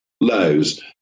lows